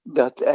dat